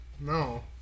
no